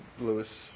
Lewis